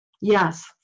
Yes